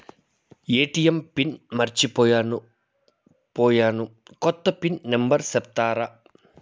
ATM PIN మర్చిపోయాను పోయాను, కొత్త పిన్ నెంబర్ సెప్తారా?